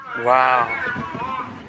wow